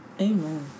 Amen